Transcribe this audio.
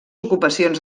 ocupacions